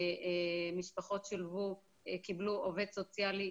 משפחות קיבלו עובד סוציאלי